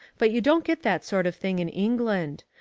but you don't get that sort of thing in england.